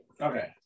Okay